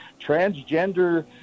transgender